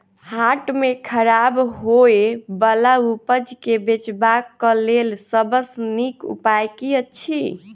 हाट मे खराब होय बला उपज केँ बेचबाक क लेल सबसँ नीक उपाय की अछि?